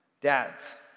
Dads